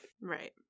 Right